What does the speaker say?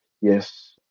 Yes